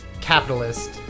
capitalist